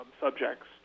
subjects